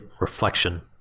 reflection